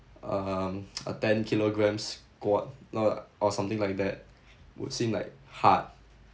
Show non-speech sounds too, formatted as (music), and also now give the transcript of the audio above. um (noise) a ten kilograms squat no lah or something like that would seem like hard